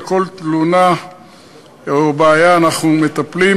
ובכל תלונה או בעיה אנחנו מטפלים.